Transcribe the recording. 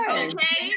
okay